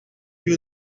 piú